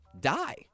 die